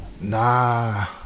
Nah